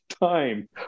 time